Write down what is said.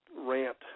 rant